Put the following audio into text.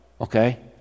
Okay